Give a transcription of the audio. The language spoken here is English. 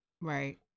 right